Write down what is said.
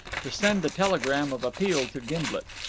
to send the telegram of appeal to gimblet.